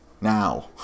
now